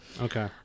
Okay